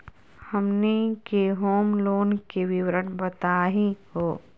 हमनी के home loan के विवरण बताही हो?